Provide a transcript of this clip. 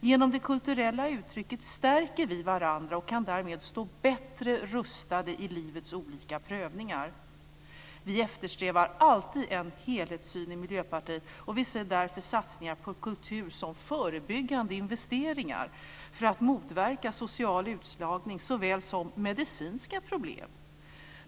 Genom det kulturella uttrycket stärker vi varandra och kan därmed stå bättre rustade i livets olika prövningar. Vi eftersträvar alltid en helhetssyn i Miljöpartiet, och vi ser därför satsningar på kultur som förebyggande investeringar för att motverka såväl social utslagning som medicinska problem.